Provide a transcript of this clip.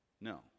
No